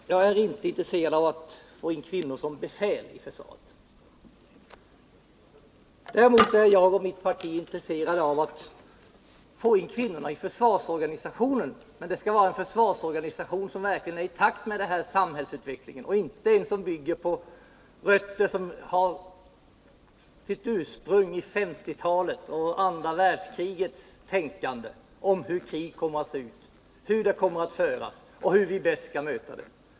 Herr talman! Nej, jag är inte intresserad av att få in kvinnor som befäl i försvaret. Däremot är jag och mitt parti intresserade av att få in kvinnor i försvarsorganisationen — men då skall det vara en försvarsorganisation som verkligen är i takt med samhällsutvecklingen och inte en som har sina rötter i 1950-talet och andra världskrigets tänkande om hur krig kommer att föras och hur man bäst skall möta det.